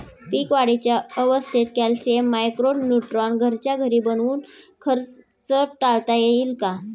पीक वाढीच्या अवस्थेत calcium, micro neutron घरच्या घरी बनवून खर्च टाळता येईल का?